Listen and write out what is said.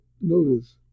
notice